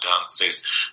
dances